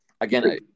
again